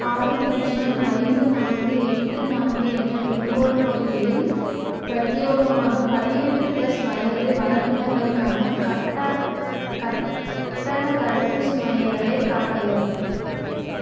ஆறு பூஜ்ஜியம் ஐந்து நான்கு எட்டு நான்கு என்ற பின்கோடு பகுதியில் பிரத்யேகமாக பதினெட்டு பிளஸ் வயது வரம்பினர்களுக்கான கட்டணத் தடுப்பூசி மையங்களை காட்டவும்